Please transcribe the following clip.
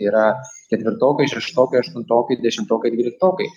yra ketvirtokai šeštokai aštuntokai dešimtokai dvyliktokai